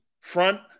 front